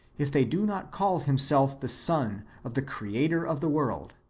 if they do not call himself the son of the creator of the world,